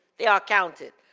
they are counted.